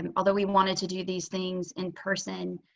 um although we wanted to do these things in person,